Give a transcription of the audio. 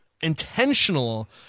intentional